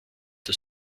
der